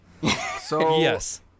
Yes